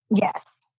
Yes